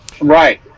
Right